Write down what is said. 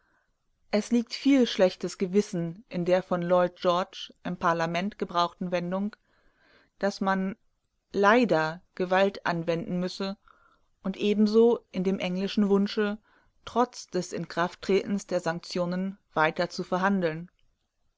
es liegt viel schlechtes gewissen in der von lloyd george im parlament gebrauchten wendung daß man leider gewalt anwenden müsse und ebenso in dem englischen wunsche trotz des inkrafttretens der sanktionen weiter zu verhandeln